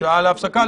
--- שעה להפסקה.